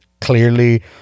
clearly